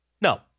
No